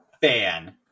fan